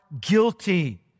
guilty